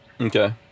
Okay